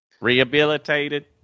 Rehabilitated